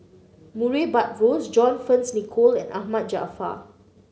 Murray Buttrose John Fearns Nicoll and Ahmad Jaafar